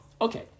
Okay